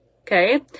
Okay